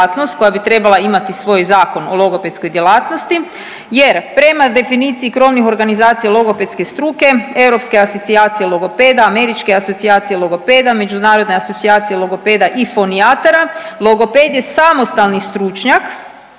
koja bi trebala imati svoj Zakon o logopedskoj djelatnosti jer prema definiciji krovnih organizacija logopedske struke, europske asocijacije logopeda, američke asocijacije logopeda, međunarodne asocijacije logopeda i fonijatara, logoped je samostalni stručnjak